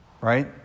right